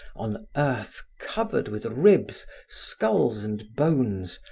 on earth covered with ribs, skulls and bones,